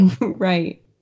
right